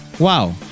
Wow